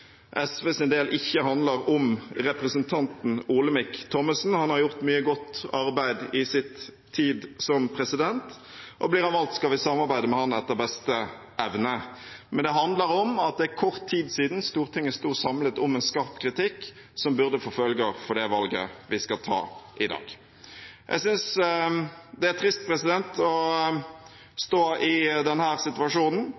del ikke handler om representanten Olemic Thommessen. Han har gjort mye godt arbeid i sin tid som president, og blir han valgt, skal vi samarbeide med ham etter beste evne. Men det handler om at det er kort tid siden Stortinget sto samlet om en skarp kritikk, som burde få følger for det valget vi skal ta i dag. Jeg synes det er trist